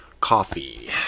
Coffee